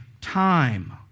time